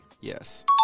Yes